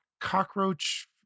cockroach